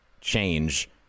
change